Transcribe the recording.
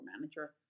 manager